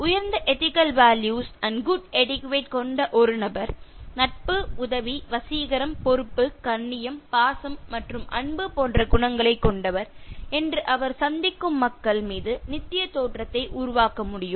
உயர்ந்த ethical values and good எட்டிக்யுட்டே கொண்ட ஒரு நபர் நட்பு உதவி வசீகரம் பொறுப்பு கண்ணியம் பாசம் மற்றும் அன்பு போன்ற குணங்களை கொண்டவர் என்று அவர் சந்திக்கும் மக்கள் மீது நித்திய தோற்றத்தை உருவாக்க முடியும்